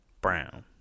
Brown